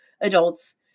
adults